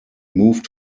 move